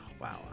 wow